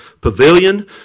Pavilion